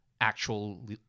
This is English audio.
actual